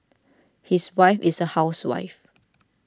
his wife is a housewife